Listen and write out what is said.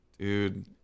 Dude